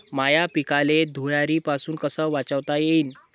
माह्या पिकाले धुयारीपासुन कस वाचवता येईन?